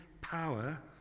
power